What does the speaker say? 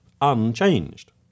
unchanged